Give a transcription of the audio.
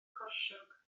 corsiog